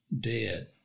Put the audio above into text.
dead